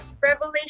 Revelation